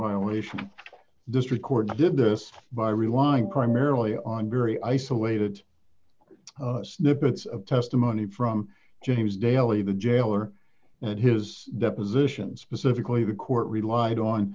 violation this record did this by relying primarily on very isolated snippets of testimony from james daly the jailer and his deposition specifically the court relied on